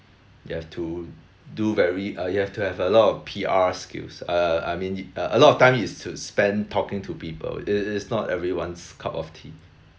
you have to do very uh you have to have a lot of P_R skills err I mean uh a lot of time is to spend talking to people it is not everyone's cup of tea